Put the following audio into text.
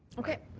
okay.